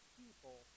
people